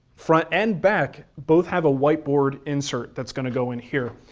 front and back both have a whiteboard insert that's gonna go in here.